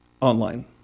online